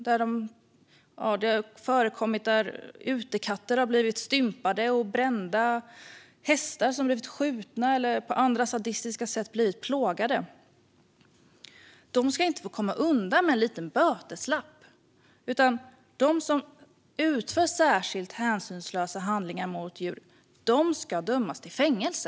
Det har förekommit att utekatter har blivit stympade och brända och att hästar blivit skjutna eller plågade på andra sadistiska sätt. De som gör sådant ska inte komma undan med en liten böteslapp. De som utför särskilt hänsynslösa handlingar mot djur ska dömas till fängelse.